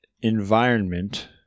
environment